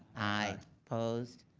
aye. opposed?